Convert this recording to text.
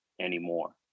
anymore